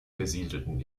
besiedelten